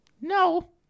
No